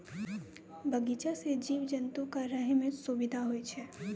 बगीचा सें जीव जंतु क रहै म सुबिधा होय छै